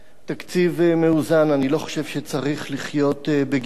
תקציב מאוזן, אני לא חושב שצריך לחיות בגירעון.